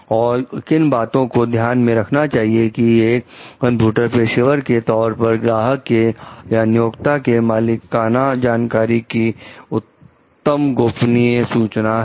और किन बातों को ध्यान में रखना चाहिए कि एक कंप्यूटर पेशेवर के तौर पर ग्राहक के या नियोक्ता के मालिकाना जानकारी की उत्तम गोपनीय सूचना है